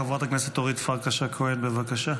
חברת הכנסת אורית פרקש הכהן, בבקשה.